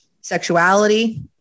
sexuality